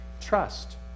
Trust